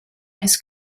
his